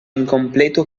incompleto